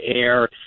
air